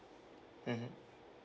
mmhmm